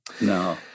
no